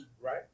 Right